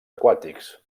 aquàtics